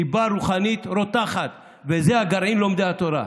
ליבה רוחנית רותחת, וזה גרעין לומדי התורה.